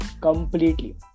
completely